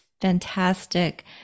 fantastic